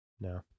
No